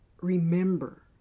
Remember